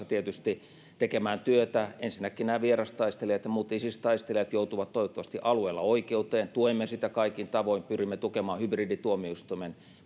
tietysti tekemään työtä jälkiseurausten kanssa ensinnäkin vierastaistelijat ja muut isis taistelijat joutuvat toivottavasti alueella oikeuteen tuemme sitä kaikin tavoin pyrimme tukemaan hybridituomioistuimen